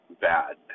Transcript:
bad